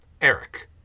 Eric